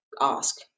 ask